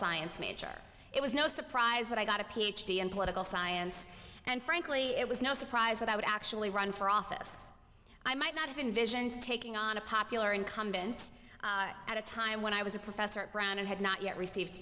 science major it was no surprise that i got a ph d in political science and frankly it was no surprise that i would actually run for office i might not have been vision to taking on a popular incumbent at a time when i was a professor at brown and had not yet received